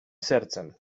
sercem